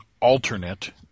alternate –